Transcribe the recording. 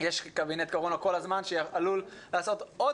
יש כל הזמן קבינט קורונה והוא עלול לעשות עוד